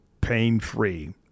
pain-free